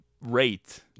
rate